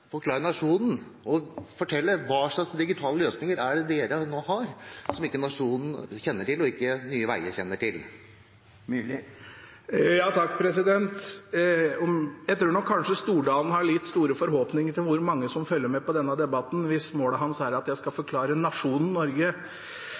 forklare nasjonen, og fortelle, hva slags digitale løsninger de nå har, som verken nasjonen eller Nye Veier kjenner til? Jeg tror nok kanskje Stordalen har litt store forhåpninger til hvor mange som følger denne debatten, hvis målet hans er at jeg skal